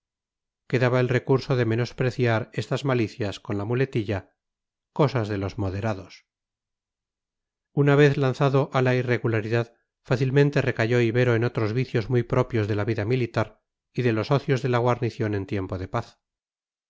quedaba el recurso de menospreciar estas malicias con la muletilla cosas de los moderados una vez lanzado a la irregularidad fácilmente recayó ibero en otros vicios muy propios de la vida militar y de los ocios de la guarnición en tiempo de paz